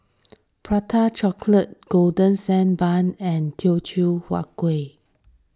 Prata Chocolate Golden Sand Bun and Teochew Huat Kueh